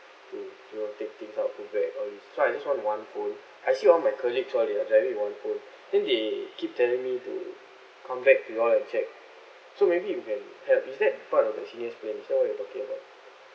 to you know take things out of all this so I just want one phone I see all my colleagues all they are driving with one phone then they keep telling me to come back to you all and check so maybe you can help is that part of the senior's plan is that what you're talking about